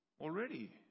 already